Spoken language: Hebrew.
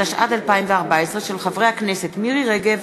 התשע"ד 2014, של חברי הכנסת מירי רגב,